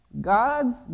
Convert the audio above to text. God's